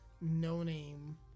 no-name